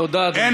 תודה, אדוני.